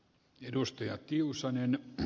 edustaja tiusanen on